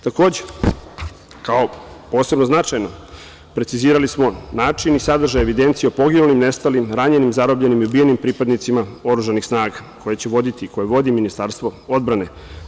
Takođe, kao posebno značajno precizirali smo način i sadržaj evidencije o poginulim, nestalim, ranjenim, zarobljenim i ubijenim pripadnicima oružanih snaga koji će voditi i koji vodi Ministarstvo odbrane.